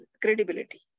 credibility